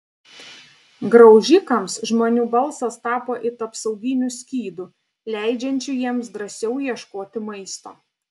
graužikams žmonių balsas tapo it apsauginiu skydu leidžiančiu jiems drąsiau ieškoti maisto